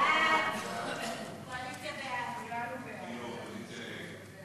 סעיפים 8 34 נתקבלו.